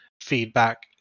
feedback